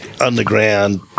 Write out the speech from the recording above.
Underground